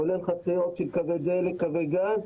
כולל חציות של קווי דלק וגז,